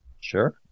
Sure